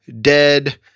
dead